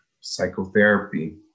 psychotherapy